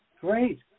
great